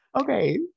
okay